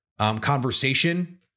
conversation